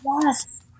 yes